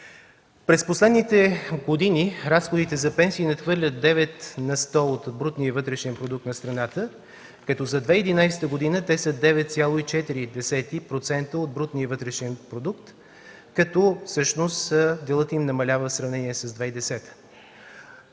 През последните години разходите за пенсии надхвърлят 9 на сто от брутния вътрешен продукт на страната, като за 2011 г. те са 9,4% от брутния вътрешен продукт, като всъщност делът им намалява в сравнение с 2010